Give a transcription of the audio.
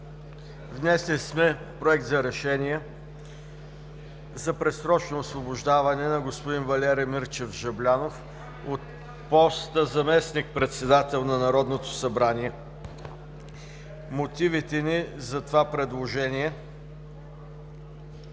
Внесли сме Проект за решение за предсрочно освобождаване на господин Валери Мирчев Жаблянов от поста заместник-председател на Народното събрание. Мотивите ни за това предложение,